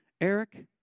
Eric